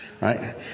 right